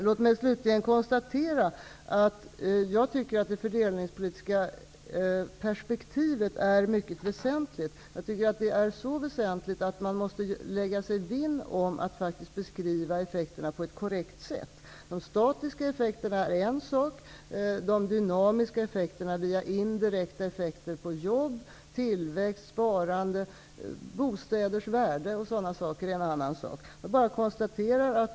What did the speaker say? Låt mig slutligen konstatera att jag tycker att det fördelningspolitiska perspektivet är mycket väsentligt, så väsentligt att man måste lägga sig vinn om att faktiskt beskriva effekterna på ett korrekt sätt. De statiska effekterna är en sak. De dynamiska effekterna via indirekta effekter på jobb, tillväxt, sparande, bostäders värde och sådant är en annan sak.